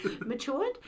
matured